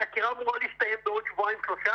החקירה אמורה להסתיים בעוד שבועיים-שלושה